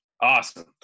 Awesome